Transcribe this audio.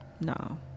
No